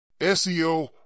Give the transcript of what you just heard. SEO